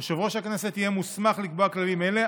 יושב-ראש הכנסת יהיה מוסמך לקבוע כללים אלו,